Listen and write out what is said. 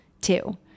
two